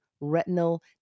retinal